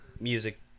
Music